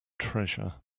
treasure